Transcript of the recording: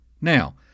Now